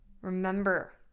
Remember